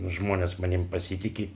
žmonės manim pasitiki